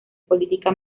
política